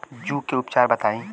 जूं के उपचार बताई?